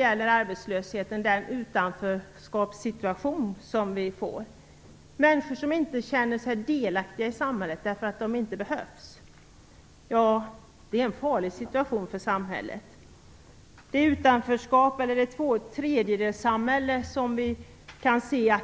Med arbetslöshet får vi också utanförskap, människor som inte känner sig delaktiga i samhället därför att de inte behövs. Det är en farlig situation. Det tvåtredjedelssamhälle som vi